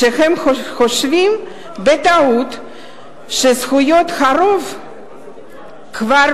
כשהם חושבים בטעות שזכויות הרוב כבר